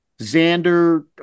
Xander